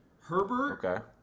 Herbert